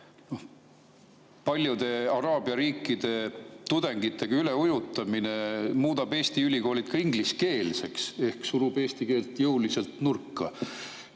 paljude araabia riikide tudengitega üleujutamine muudab Eesti ülikoolid ka ingliskeelseks ehk surub eesti keelt jõuliselt nurka.